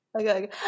Okay